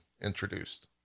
introduced